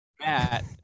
Matt